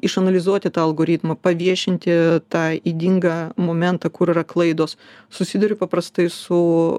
išanalizuoti tą algoritmą paviešinti tą ydingą momentą kur yra klaidos susiduriu paprastai su